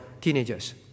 teenagers